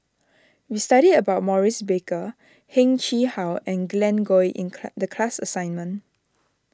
we studied about Maurice Baker Heng Chee How and Glen Goei in the class assignment